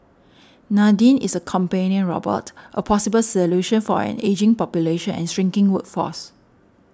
Nadine is a companion robot a possible solution for an ageing population and shrinking workforce